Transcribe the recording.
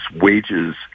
wages